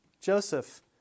Joseph